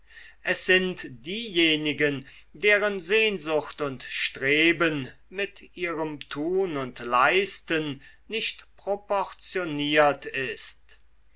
es sind diejenigen deren sehnsucht und streben mit ihrem tun und leisten nicht proportioniert ist